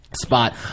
spot